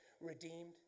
redeemed